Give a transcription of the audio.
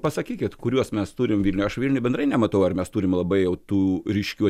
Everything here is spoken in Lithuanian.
pasakykit kuriuos mes turim vilniuj aš vilniuj bendrai nematau ar mes turim labai jau tų ryškių